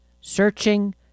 Searching